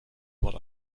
what